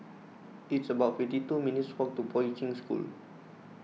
it's about fifty two minutes' walk to Poi Ching School